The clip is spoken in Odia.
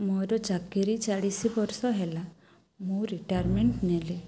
ମୋର ଚାକିରୀ ଚାଳିଶି ବର୍ଷ ହେଲା ମୁଁ ରିଟାଏରମେଣ୍ଟ ନେଲି